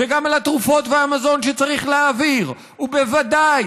גם על התרופות והמזון שצריך להעביר ובוודאי